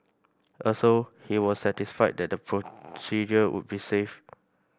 also he was satisfied that the procedure would be safe